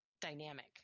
dynamic